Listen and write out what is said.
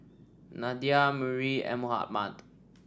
Nadia Murni and Muhammad